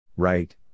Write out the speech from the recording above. right